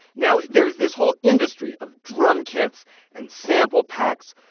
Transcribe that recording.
now there's this whole industry of drum kits and sample packs,